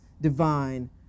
divine